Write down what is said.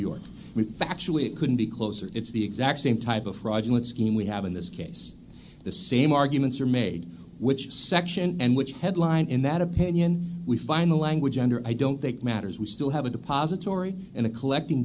factually it couldn't be closer it's the exact same type of fraudulent scheme we have in this case the same arguments are made which section and which headlined in that opinion we find the language under i don't think matters we still have a depository and a collecting